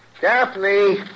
Daphne